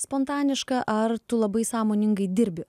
spontaniška ar tu labai sąmoningai dirbi